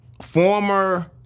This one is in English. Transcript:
former